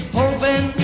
hoping